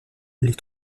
les